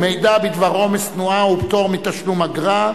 שחרור אסירים שפעלו על רקע לאומני),